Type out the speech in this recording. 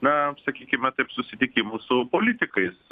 na sakykime taip susitikimų su politikais